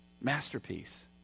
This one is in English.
Masterpiece